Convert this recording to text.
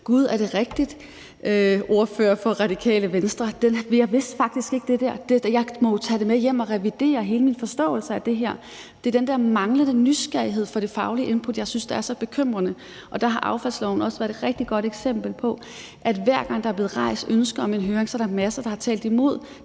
Gud, er det rigtigt, ordfører for Radikale Venstre, jeg vidste faktisk ikke det der; jeg må jo tage det med hjem og revidere hele min forståelse af det her. Det er den der manglende nysgerrighed over for det faglige input, som jeg synes er så bekymrende. Der har affaldsloven også været et rigtig godt eksempel på, at hver gang der er blevet rejst ønske om en høring, er der en masse, der har talt imod.